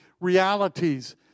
realities